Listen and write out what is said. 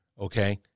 Okay